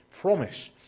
promise